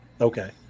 Okay